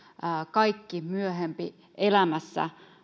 kaikki myöhempi elämässä